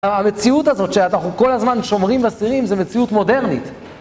המציאות הזאת שאנחנו כל הזמן שומרים אסירים זה מציאות מודרנית.